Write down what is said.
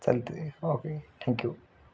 चालते okay thank you